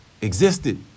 existed